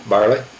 Barley